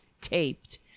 taped